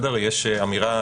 יש אמירה,